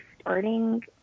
starting